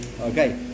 Okay